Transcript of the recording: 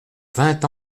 vingt